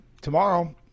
tomorrow